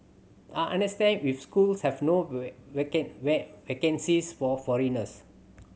I understand if schools have no vacancies for foreigners